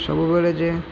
ସବୁବେଳେ ଯେ